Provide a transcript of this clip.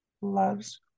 loves